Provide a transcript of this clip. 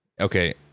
Okay